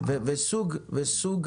וסוג